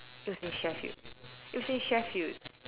it was in Sheffield it was in Sheffield